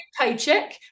paycheck